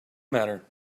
matter